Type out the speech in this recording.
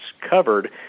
covered